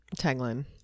tagline